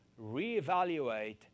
reevaluate